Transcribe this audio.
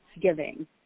giving